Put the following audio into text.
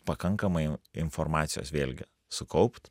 pakankamai informacijos vėlgi sukaupt